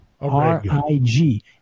R-I-G